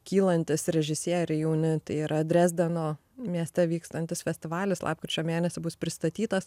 kylantys režisieriai jauni yra drezdeno mieste vykstantis festivalis lapkričio mėnesį bus pristatytas